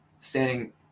Standing